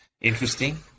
interesting